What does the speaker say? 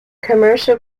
commercial